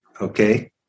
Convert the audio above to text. okay